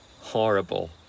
Horrible